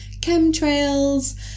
chemtrails